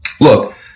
look